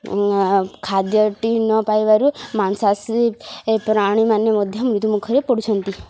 ଖାଦ୍ୟଟି ନ ପାଇବାରୁ ମାଂସାସୀ ପ୍ରାଣୀମାନେ ମଧ୍ୟ ମୃତ୍ୟୁମୁଖରେ ପଡ଼ୁଛନ୍ତି